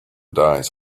dies